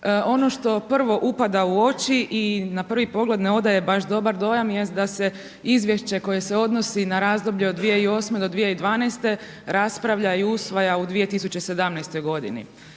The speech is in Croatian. Ono što prvo upada u oči i na prvi pogled ne odaje baš dobar dojam jest da se izvješće koje se odnosi na razdoblje od 2008. do 2012. raspravlja i usvaja u 2017. godini.